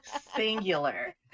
Singular